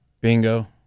bingo